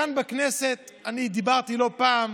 כאן בכנסת אני דיברתי לא פעם,